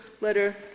letter